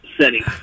setting